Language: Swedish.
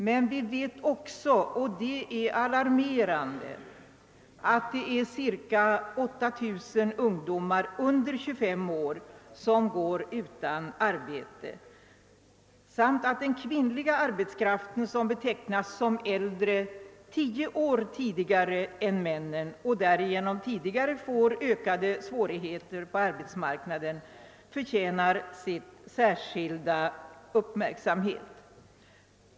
Men vi vet också — och det är alarmerande — att det är cirka 8 000 ungdomar under 25 år som går utan arbete samt att den kvinnliga arbetskraften, vilken betecknas som äldre tio år tidigare än männen och därigenom tidigare får ökade svårigheter på arbetsmarknaden, förtjänar sin särskilda uppmärksamhet.